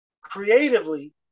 creatively